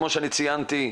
כפי שציינתי,